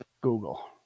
Google